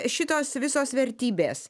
šitos visos vertybės